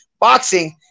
boxing